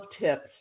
tips